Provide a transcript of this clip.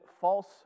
false